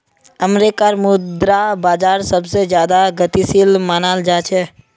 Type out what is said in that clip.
अमरीकार मुद्रा बाजार सबसे ज्यादा गतिशील मनाल जा छे